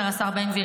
אומר השר בן גביר,